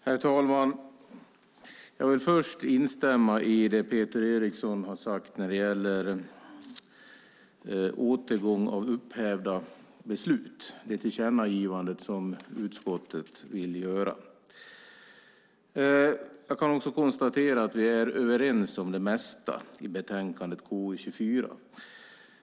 Herr talman! Jag vill först instämma i det som Peter Eriksson har sagt när det gäller återgång av upphävda beslut, det tillkännagivande som utskottet vill göra. Vi är överens om det mesta i betänkande KU24.